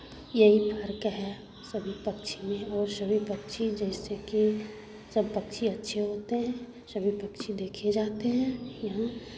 यही फ़र्क है सभी पक्षी में और सभी पक्षी जैसे कि सब पक्षी अच्छे होते हैं सभी पक्षी देखे जाते हैं यहाँ